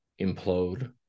implode